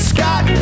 Scott